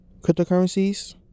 cryptocurrencies